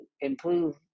improve